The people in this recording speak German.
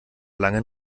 langen